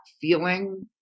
feeling